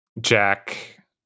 jack